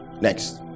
Next